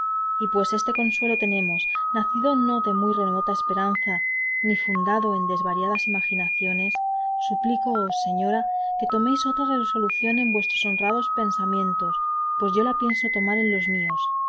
y pues este consuelo tenemos nacido no de muy remota esperanza ni fundado en desvariadas imaginaciones suplícoos señora que toméis otra resolución en vuestros honrados pensamientos pues yo la pienso tomar en los míos